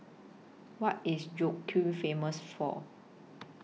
What IS Famous For